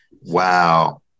wow